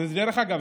ודרך אגב,